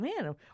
man